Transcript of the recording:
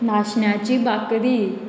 नाशण्याची बाकरी